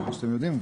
כמו שאתם יודעים,